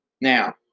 Now